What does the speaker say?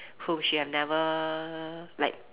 who she have never like